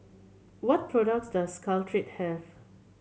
what products does Caltrate have